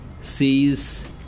sees